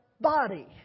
body